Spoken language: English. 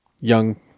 young